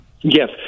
Yes